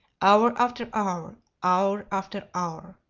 hour after hour hour after hour.